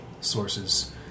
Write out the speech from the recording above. sources